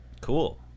cool